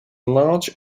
large